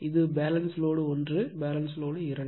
இது balance load 1 balance load 2